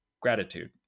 gratitude